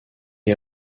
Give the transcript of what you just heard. est